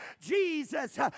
Jesus